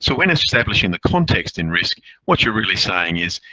so when establishing the context in risk, what you're really saying is,